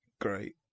Great